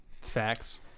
facts